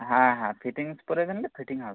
হ্যাঁ হ্যাঁ ফিটিংস করে নিলে ফিটিং হবে